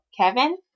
kevin